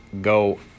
Go